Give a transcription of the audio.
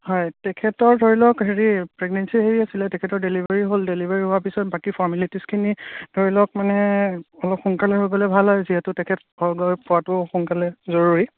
হয় তেখেতৰ ধৰি লওক হেৰি প্ৰেগনেঞ্চিৰ হেৰি আছিলে তেখেতৰ ডেলিভাৰী হ'ল ডেলিভাৰী হোৱা পিছত বাকী ফৰ্মেলিটিজখিনি ধৰি লওক মানে অলপ সোনকালে হৈ গ'লে ভাল হয় যিহেতু তেখেত ঘৰ গৈ পোৱাতো সোনকালে জৰুৰী